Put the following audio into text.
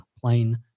Plain